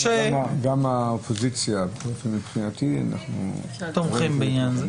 גם האופוזיציה תומכת בזה.